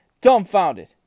dumbfounded